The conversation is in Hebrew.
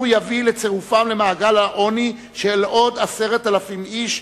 יביא לצירופם למעגל העוני של עוד 10,000 איש,